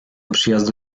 przyjazdu